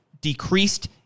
decreased